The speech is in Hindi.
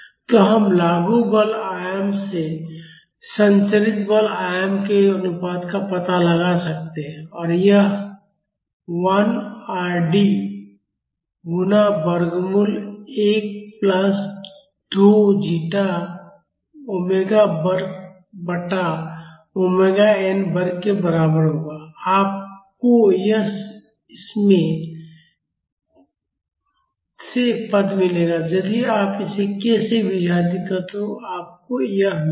तो हम लागू बल आयाम से संचरित बल आयाम के अनुपात का पता लगा सकते हैं और यह 1 Rd डी गुणा वर्गमूल 1 प्लस 2 जीटा ओमेगा बटा ओमेगा n वर्ग के बराबर होगा आपको यह इसमें से पद मिलेगा यदि आप इसे k से विभाजित करते हैं तो आपको यह मिलेगा